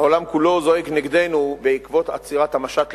העולם כולו זועק נגדנו בעקבות עצירת המשט לעזה.